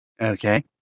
Okay